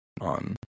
on